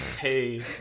hey